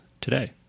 today